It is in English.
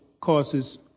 causes